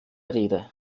rede